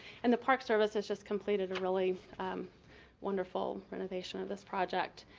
and the park service has just completed a really wonderful renovation of this project.